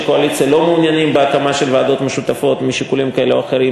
קואליציה לא מעוניינים בהקמה של ועדות משותפות משיקולים כאלה או אחרים,